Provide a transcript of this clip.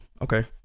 Okay